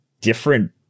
different